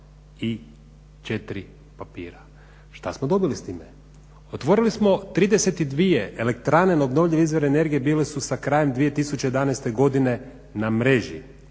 2 i 4 papira. Šta smo dobili s time? Otvorili smo 32 elektrane neobnovljivi izvori energije bili su sa krajem 2011. godine na mreži.